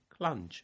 clunge